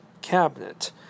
cabinet